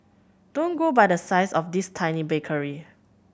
don't go by the size of this tiny bakery